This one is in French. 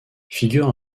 figure